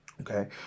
Okay